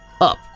up